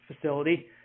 facility